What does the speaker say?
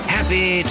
Happy